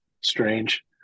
strange